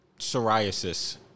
Psoriasis